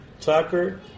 Tucker